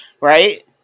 Right